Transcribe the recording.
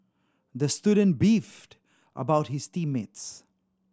the student beefed about his team mates